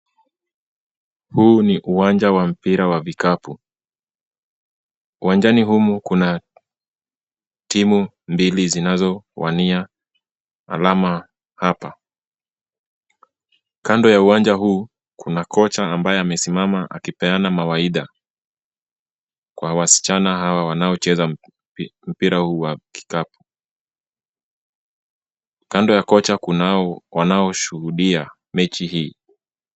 Huu ni uwanja wa mpira wa vikapu. Uwanjani humu kuna timu mbili zinazo uwania alama hapa. Kando ya uwanja huu kuna kocha ambaye amesimama akipeana mawaidha kwa wasichana hawa wanaocheza mpira huu wa kikapu. Kando ya kocha kunao wanaoshuhudia mechi hii.